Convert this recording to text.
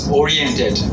oriented